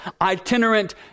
itinerant